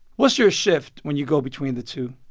what's your shift when you go between the two?